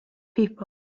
people